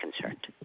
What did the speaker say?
concerned